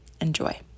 Enjoy